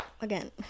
again